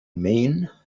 mean